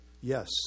yes